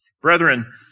Brethren